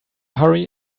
hurry